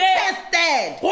tested